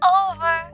over